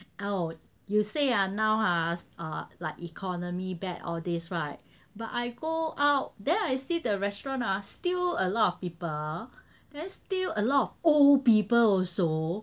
oh you say ah now ah like economy bad all these [right] but I go out then I see the restaurant ah still a lot of people then still a lot of old people also